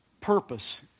purpose